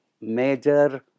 major